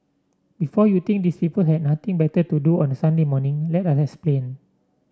before you think these people had nothing better to do on Sunday morning let us explain